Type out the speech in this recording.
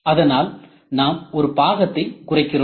அதனால் நாம் ஒரு பாகத்தை குறைக்கிறோம்